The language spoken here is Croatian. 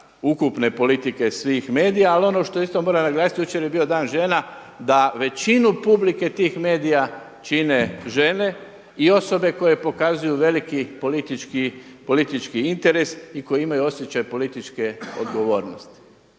ukupne politike svih medija. Ali ono što isto moram naglasiti, jučer je bio Dan žena, da većinu publike tih medija čine žene i osobe koje pokazuju veliki politički interes i koji imaju osjećaj političke odgovornosti